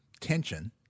tension